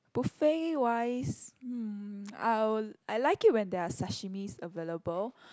buffet wise mm I'll I like it when there are sashimis available